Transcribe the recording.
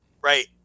right